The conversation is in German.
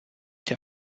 der